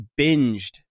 binged